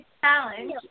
Challenge